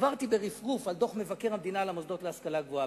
עברתי ברפרוף על דוח הביקורת של מבקר המדינה על המוסדות להשכלה גבוהה,